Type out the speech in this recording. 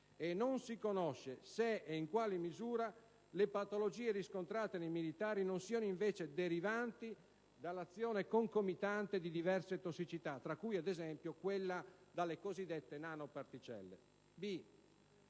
E non si conosce se e in quale misura le patologie riscontrate nei militari non siano invece derivanti dall'azione concomitante di diverse tossicità, tra cui, ad esempio, quella delle cosiddette nanoparticelle;